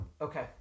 Okay